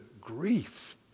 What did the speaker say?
grief